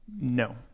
No